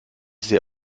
sehe